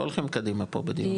לא הולכים קדימה פה בדיון הזה.